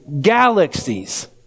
galaxies